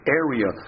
area